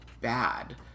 bad